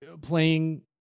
playing